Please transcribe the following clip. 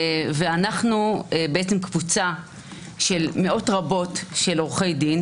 אנחנו קבוצה של מאות רבות של עורכי דין